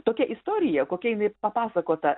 tokia istorija kokia jinai papasakota